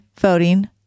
voting